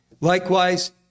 Likewise